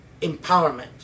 empowerment